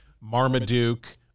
Marmaduke